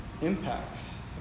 impacts